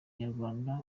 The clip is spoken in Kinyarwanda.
nyarwanda